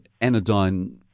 anodyne